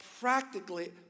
practically